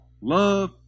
Love